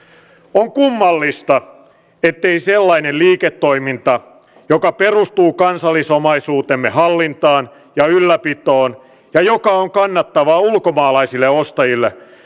on kummallista ettei sellainen liiketoiminta joka perustuu kansallisomaisuutemme hallintaan ja ylläpitoon ja joka on kannattavaa ulkomaalaisille ostajille